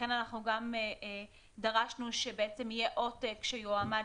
לכן אנחנו גם דרשנו שיהיה עותק שיועמד